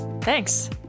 Thanks